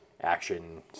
action